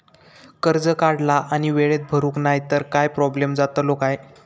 कर्ज काढला आणि वेळेत भरुक नाय तर काय प्रोब्लेम जातलो काय?